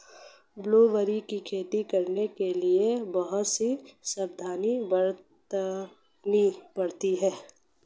blueberry की खेती करने के लिए बहुत सी सावधानियां बरतनी पड़ती है